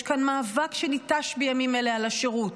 יש כאן מאבק שניטש בימים אלה על השירות,